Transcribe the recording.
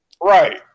right